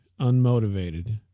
unmotivated